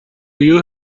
you